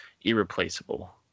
irreplaceable